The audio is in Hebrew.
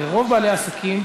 הרי רוב בעלי העסקים,